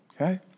okay